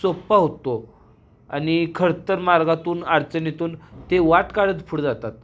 सोपा होतो आणि खडतर मार्गातून अडचणीतून ते वाट काढत पुढे जातात